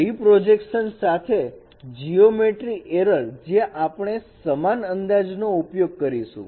રી પ્રોજેક્શન સાથે geometry error જ્યાં આપણે સમાન અંદાજ નો ઉપયોગ કરીશું